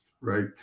right